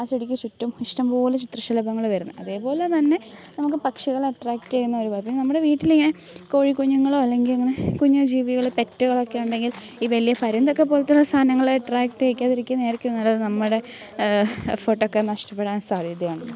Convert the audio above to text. ആ ചെടിക്ക് ചുറ്റും ഇഷ്ടംപോലെ ചിത്രശലഭങ്ങൾ വരുന്നത് അതേപോലെ തന്നെ നമുക്ക് പക്ഷികളെ അട്രാക്ട് ചെയ്യുന്ന പിന്നെ നമ്മുടെ വീട്ടിൽ ഇങ്ങനെ കോഴിക്കുഞ്ഞുങ്ങളോ അല്ലെങ്കിൽ ഇങ്ങനെ കുഞ്ഞു ജീവികളെ പെറ്റുകളൊക്കെ ഉണ്ടെങ്കിൽ ഈ വലിയ പരുന്തൊക്കെ പോൽത്തുള്ള സാധനങ്ങൾ അട്രാക്ട് ചെയ്യിക്കാതിരിക്കുന്നതായിരിക്കും നല്ലത് നമ്മുടെ എഫർട്ടൊക്കെ നഷ്ടപ്പെടാൻ സാധ്യതയുണ്ട്